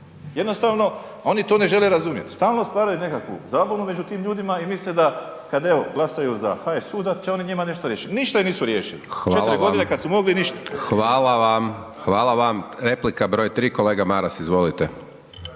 Jednostavno oni to ne žele razumjeti, stvarno stvaraju nekakvu zabunu među tim ljudima i misle da kad evo glasaju za HSU da će oni njima nešto riješiti. Ništa im nisu riješili, 4 godine kad su mogli, ništa. **Hajdaš Dončić, Siniša (SDP)** Hvala vam, hvala